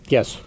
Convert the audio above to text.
Yes